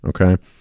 okay